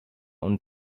und